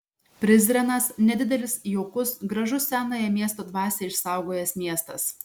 prizrenas nedidelis jaukus gražus senąją miesto dvasią išsaugojęs miestas